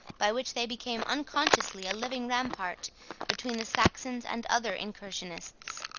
by which they became unconsciously a living rampart between the saxons and other incursionists.